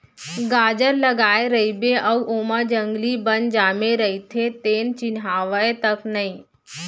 गाजर लगाए रइबे अउ ओमा जंगली बन जामे रइथे तेन चिन्हावय तक नई